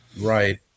Right